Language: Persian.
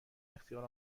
اختیار